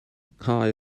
nghae